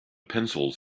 pencils